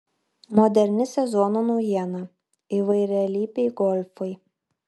moderni sezono naujiena įvairialypiai golfai